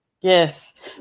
Yes